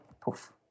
Poof